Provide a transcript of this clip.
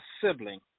sibling